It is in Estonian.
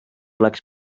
oleks